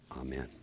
amen